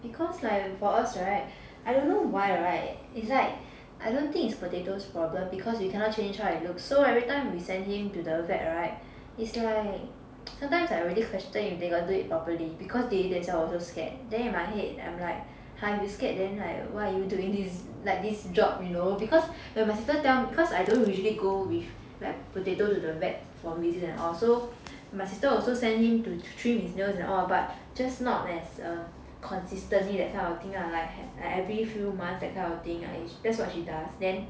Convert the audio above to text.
because like for us [right] I don't know why [right] it's like I don't think is potato's problem because we cannot change how it looks so everytime we send him to the vet [right] is like sometimes I already question if they got do it properly because they themselves also scared then in my head I'm like !huh! you scared then like why are you doing this like this job you know because when my sister tell me because I don't usually go with like potato to the vet for visit and all so my sister also send him to trim its nails and all but just not as um consistently that kind of thing lah like like every few months that kind of thing usually that's what she does then